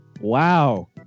Wow